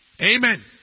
Amen